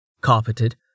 carpeted